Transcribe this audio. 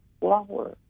Flower